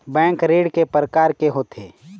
Bank ऋण के प्रकार के होथे?